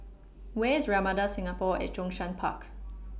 Where IS Ramada Singapore At Zhongshan Park